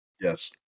Yes